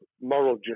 moral